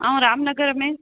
आउं रामनगर में